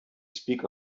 speak